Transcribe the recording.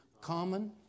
common